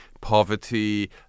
poverty